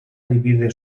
divide